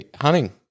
hunting